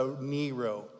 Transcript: Nero